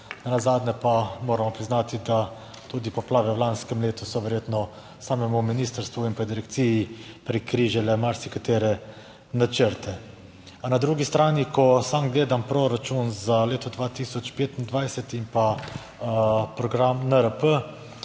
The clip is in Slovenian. Nenazadnje pa moramo priznati, da tudi poplave v lanskem letu so verjetno samemu ministrstvu in direkciji prekrižale marsikatere načrte. Na drugi strani, ko sam gledam proračun za leto 2025 in pa program NRP,